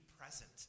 present